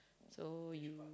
so you